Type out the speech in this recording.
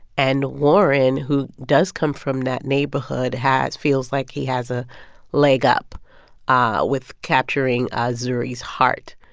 and warren, who does come from that neighborhood, has feels like he has a leg up ah with capturing ah zuri's heart.